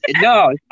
no